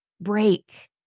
break